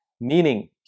Meaning